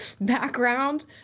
background